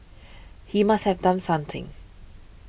he must have done something